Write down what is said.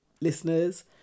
listeners